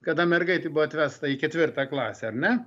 kada mergaitė buvo atvesta į ketvirtą klasę ar ne